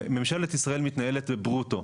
ממשלת ישראל מתנהלת בברוטו.